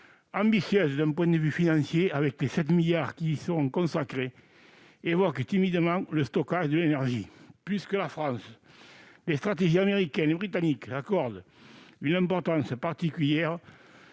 ambitieuse sur le plan financier, avec les 7 milliards d'euros qui lui seront consacrés, évoque timidement le stockage de l'énergie. Plus que celle de la France, les stratégies américaine et britannique accordent une importance particulière